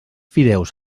fideus